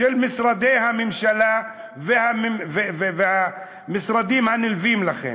של משרדי הממשלה ושל המשרדים הנלווים לכם,